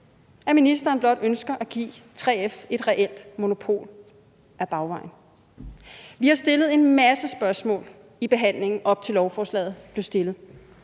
at ministeren blot ønsker at give 3F et reelt monopol ad bagvejen. Vi har stillet en masse spørgsmål i behandlingen, op til lovforslaget blev fremsat.